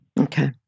Okay